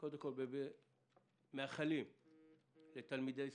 - קודם כל, מאחלים לתלמידי ישראל,